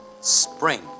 Spring